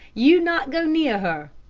you not go near her.